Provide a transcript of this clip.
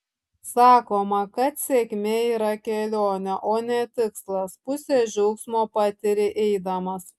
sakoma kad sėkmė yra kelionė o ne tikslas pusę džiaugsmo patiri eidamas